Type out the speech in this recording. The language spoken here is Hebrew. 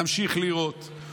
נמשיך לראות.